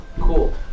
Cool